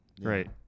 Right